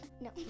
no